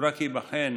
הוא ייבחן